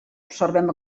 observem